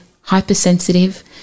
hypersensitive